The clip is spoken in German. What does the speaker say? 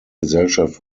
gesellschaft